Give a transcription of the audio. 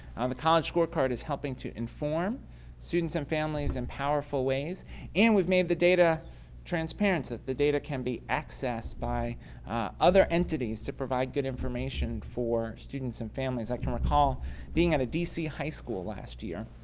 the college scorecard is helping to inform students and families in powerful ways and we've made the data transparent so that the data can be accessed by other entities to provide good information for students and families. i can recall being at a d. c. high school last year.